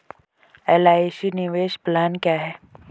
LIC निवेश plan क्या है?